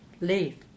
Leave